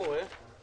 היום,